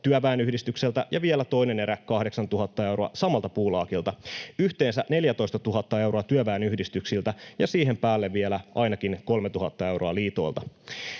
Työväenyhdistykseltä ja vielä toinen erä 8 000 euroa samalta puulaakilta, yhteensä 14 000 euroa työväenyhdistyksiltä, ja siihen päälle vielä ainakin 3 000 euroa liitoilta.